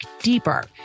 deeper